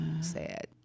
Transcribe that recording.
sad